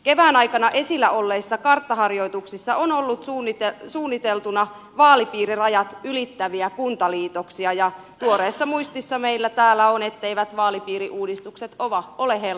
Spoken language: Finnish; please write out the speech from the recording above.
kevään aikana esillä olleissa karttaharjoituksissa on ollut suunniteltuna vaalipiirirajat ylittäviä kuntaliitoksia ja tuoreessa muistissa meillä täällä on etteivät vaalipiiriuudistukset ole helppoja